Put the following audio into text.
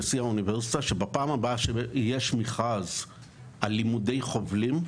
נשיא האוניברסיטה שבפעם הבאה שיהיה מכרז על לימודי חובלים,